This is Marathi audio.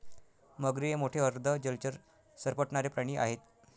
मगरी हे मोठे अर्ध जलचर सरपटणारे प्राणी आहेत